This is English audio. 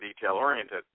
detail-oriented